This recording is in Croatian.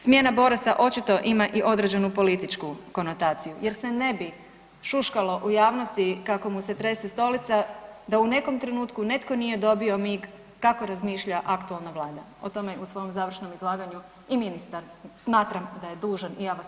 Smjena Borasa očito ima i određenu političku konotaciju jer se ne bi šuškalo u javnosti kako mu se trese stolica da u nekom trenutku netko nije dobio mig kako razmišlja aktualna Vlada, o tome u svom završnom izlaganju i ministar smatram da je dužan i ja vas